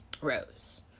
rose